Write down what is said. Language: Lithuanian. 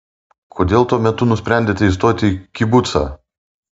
kodėl tuo metu nusprendėte įstoti į kibucą